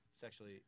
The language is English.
sexually